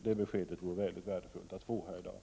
Det beskedet vore mycket värdefullt att få här i dag.